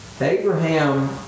Abraham